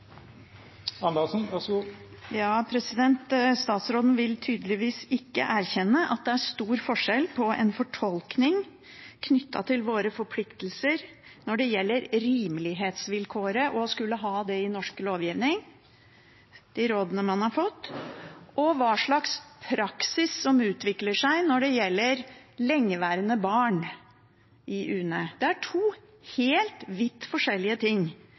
Statsråden vil tydeligvis ikke erkjenne at det er stor forskjell på en fortolkning knyttet til våre forpliktelser når det gjelder rimelighetsvilkåret – å skulle ha det i norsk lovgivning, de rådene man har fått – og hvilken praksis som utvikler seg når det gjelder lengeværende barn i UNE. Det er to vidt forskjellige ting.